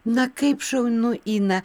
na kaip šaunu ina